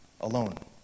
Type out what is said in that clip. alone